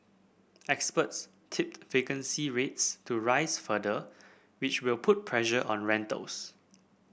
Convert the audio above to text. experts tipped vacancy rates to rise further which will put pressure on rentals